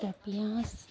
পিঁয়াজ